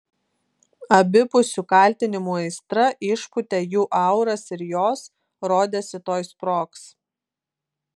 abipusių kaltinimų aistra išpūtė jų auras ir jos rodėsi tuoj sprogs